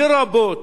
לרבות